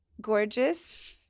gorgeous